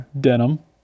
Denim